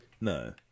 No